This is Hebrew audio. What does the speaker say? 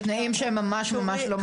בתנאים שממש-ממש לא מתאימים לאנשים האלה.